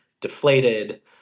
deflated